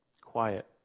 quiet